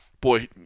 boy